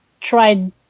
tried